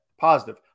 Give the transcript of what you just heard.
positive